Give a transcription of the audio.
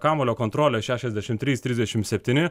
kamuolio kontrolė šešiasdešim trys trisdešim septyni